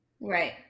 Right